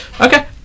Okay